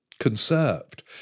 Conserved